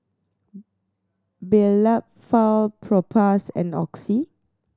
Blephagel Propass and Oxy